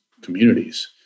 communities